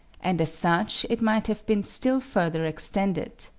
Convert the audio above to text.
and as such it might have been still further extended.